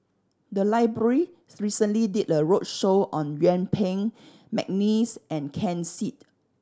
the library recently did a roadshow on Yuen Peng McNeice and Ken Seet